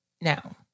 Now